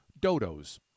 dodos